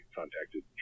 contacted